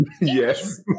yes